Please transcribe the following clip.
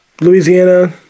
Louisiana